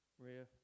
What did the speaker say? Maria